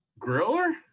griller